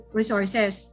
resources